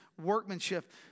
workmanship